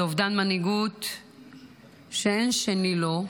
זה אובדן מנהיגות שאין שני לו.